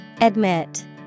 Admit